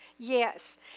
Yes